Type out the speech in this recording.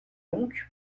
donc